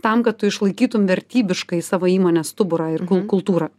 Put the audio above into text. tam kad tu išlaikytum vertybiškai savo įmonės stuburą ir kul kultūrą